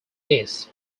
east